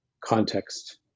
context